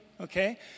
okay